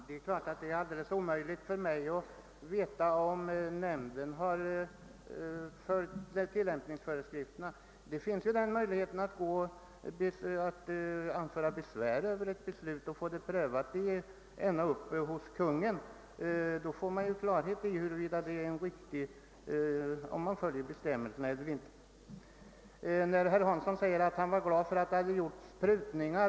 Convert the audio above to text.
Herr talman! Det är självfallet alldeles omöjligt för mig att veta om nämnden har följt tillämpningsföreskrifterna. Men möjligheten finns ju att anföra besvär över ett beslut och få ärendet prövat ända uppe hos Kungl. Maj:t. Då får man klarhet i huruvida bestämmelserna följts eller inte. Herr Hansson i Skegrie säger att han är glad över att det gjorts prutningar.